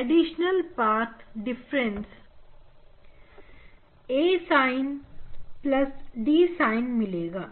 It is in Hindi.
एडिशनल पाथ aSin𝛉 dSin𝛉 मिलेगा